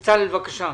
בצלאל, בבקשה.